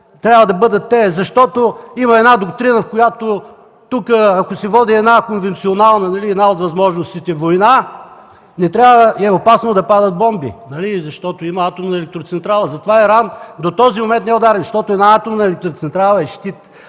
трябва да бъдат те, защото има една доктрина, ако тук се води една конвенционална война – една от възможностите – не трябва и е опасно да падат бомби, защото има атомна електроцентрала. Затова Иран до този момент не е ударен, защото една атомна електроцентрала е щит.